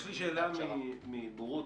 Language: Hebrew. יש לי שאלה מבורות,